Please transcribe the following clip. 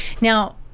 Now